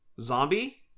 Zombie